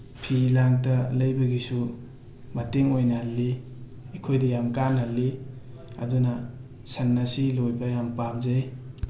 ꯐꯤ ꯂꯥꯡꯇ ꯂꯩꯕꯒꯤꯁꯨ ꯃꯇꯦꯡ ꯑꯣꯏꯅꯍꯜꯂꯤ ꯑꯩꯈꯣꯏꯗ ꯌꯥꯝ ꯀꯥꯟꯅꯍꯜꯂꯤ ꯑꯗꯨꯅ ꯁꯟ ꯑꯁꯤ ꯂꯣꯏꯕ ꯌꯥꯝ ꯄꯥꯝꯖꯩ